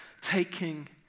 taking